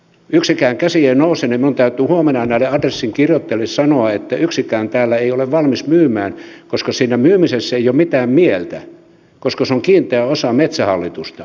yksikään käsi ei nouse joten minun täytyy huomenna näille adressin kirjoittajille sanoa että yksikään täällä ei ole valmis myymään koska siinä myymisessä ei ole mitään mieltä koska se on kiinteä osa metsähallitusta